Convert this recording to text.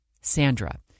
Sandra